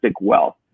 wealth